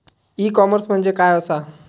E commerce म्हणजे काय असा?